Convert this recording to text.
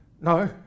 No